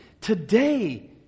today